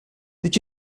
did